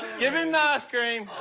give him the ice cream.